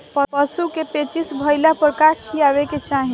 पशु क पेचिश भईला पर का खियावे के चाहीं?